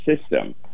system